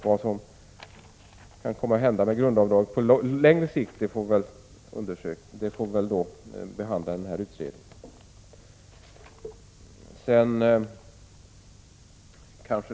Vad som skall hända med grundavdraget på längre sikt får den kommande utredningen behandla.